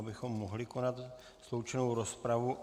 abychom mohli konat sloučenou rozpravu.